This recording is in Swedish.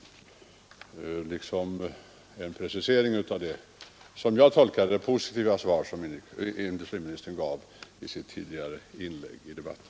Vill industriministern ge en precisering av det, som jag tolkar innebörden, positiva svar som industriministern gav i sitt tidigare inlägg i debatten?